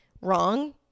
wrong